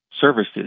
services